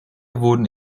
wurden